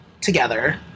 together